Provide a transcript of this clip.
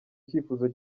cyifuzo